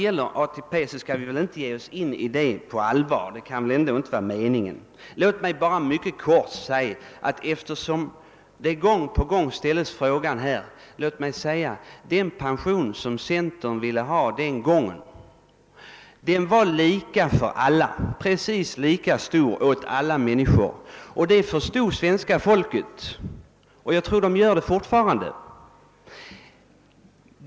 Om ATP skall vi väl inte ta upp någon diskussion nu; det kan väl fru Eriksson i Stockholm inte på allvar mena. Låt mig bara i korthet säga, eftersom denna fråga ställs gång på gång, att den pension som centern förordade i ATP-debatten var lika stor för alla människor. Det förstod svenska folket då, och det tror jag att man fortfarande gör.